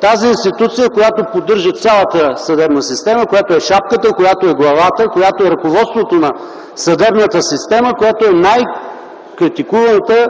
Тази институция, която поддържа цялата съдебна система, която е шапката, която е главата, която е ръководството на съдебната система, която е най-критикуваната